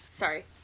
sorry